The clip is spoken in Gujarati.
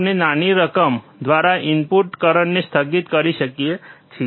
આપણે નાની રકમ દ્વારા ઇનપુટ કરંટને સ્થગિત કરી શકીએ છીએ